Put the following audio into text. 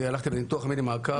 אני הלכתי לניתוח מיני מעקף.